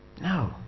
No